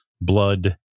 blood